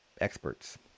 experts